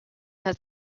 had